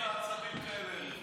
למה בעצבים כאלה?